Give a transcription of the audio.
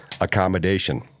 accommodation